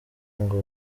ngo